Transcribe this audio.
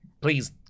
please